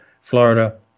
Florida